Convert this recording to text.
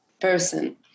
person